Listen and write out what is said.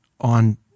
on